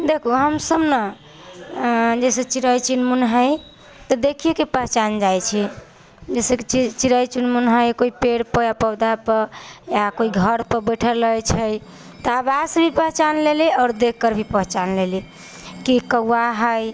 देखू हमसब ना जैसे चिड़ै चुनमून हइ तऽ देखी के पहचान जाइ छी जैसेकि चिड़ै चुनमून हइ कोइ पेड़ पौधा पर या कोइ घर पर बैठल रहय छै त आवाज से ही पहचान लेली और देख के भी पहचान लेली की कौआ हइ